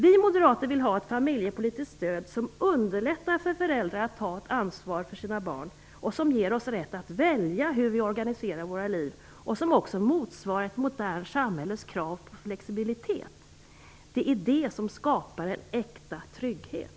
Vi moderater vill ha ett familjepolitiskt stöd som underlättar för föräldrar att ta ett ansvar för sina barn, som ger oss rätt att välja hur vi organiserar våra liv och som också motsvarar ett modernt samhälles krav på flexibilitet. Det är det som skapar en äkta trygghet.